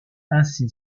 ainsi